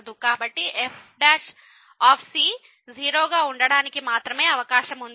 కాబట్టి f 0 గా ఉండటానికి మాత్రమే అవకాశం ఉంది